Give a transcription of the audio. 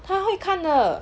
他会看的